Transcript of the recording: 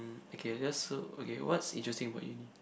mm okay guess so okay what's interesting about uni